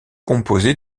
composée